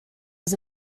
was